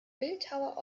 bildhauer